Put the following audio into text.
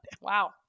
Wow